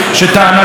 ובכן,